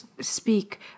speak